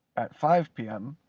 at five p m.